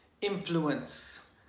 influence